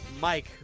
Mike